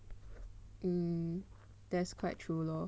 that's quite true lor